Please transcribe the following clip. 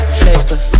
flexer